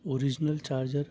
original charger